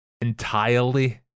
entirely